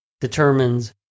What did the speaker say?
determines